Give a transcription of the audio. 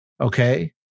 okay